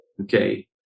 Okay